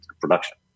production